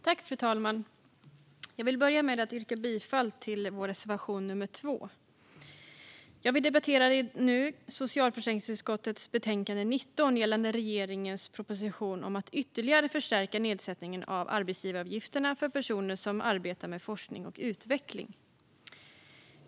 Fru talman! Jag vill börja med att yrka bifall till vår reservation 2. Vi debatterar nu socialförsäkringsutskottets betänkande 19 gällande regeringens proposition om att ytterligare förstärka nedsättningen av arbetsgivaravgifterna för personer som arbetar med forskning och utveckling.